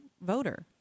voter